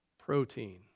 protein